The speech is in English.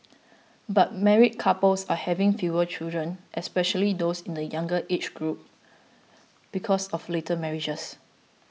but married couples are having fewer children especially those in the younger age groups because of later marriages